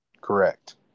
Correct